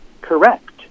correct